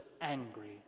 angry